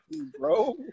bro